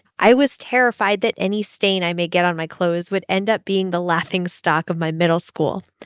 i was terrified that any stain i may get on my clothes would end up being the laughingstock of my middle school.